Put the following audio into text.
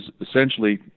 essentially